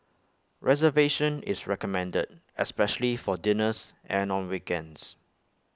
reservation is recommended especially for dinners and on weekends